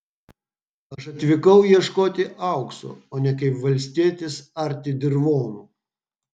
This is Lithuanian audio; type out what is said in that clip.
aš atvykau ieškoti aukso o ne kaip valstietis arti dirvonų